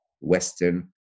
Western